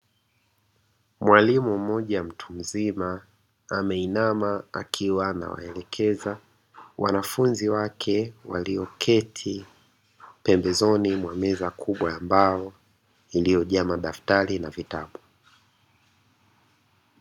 Mwalimu mmoja mtu mzima, ameinama akiwa ana waelekeza wanafunzi wake, walio keti pembezoni mwa meza kubwa ya mbao, iliyojaa vitabu na madaftari.